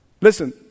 Listen